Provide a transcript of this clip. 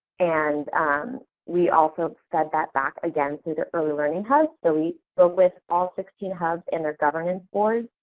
and we also fed that back again through the early learning hubs. so, we spoke with all sixteen hubs and their governance boards.